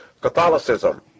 Catholicism